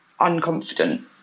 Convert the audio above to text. unconfident